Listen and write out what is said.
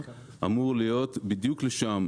אמור להיות בדיוק לשם,